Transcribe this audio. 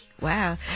Wow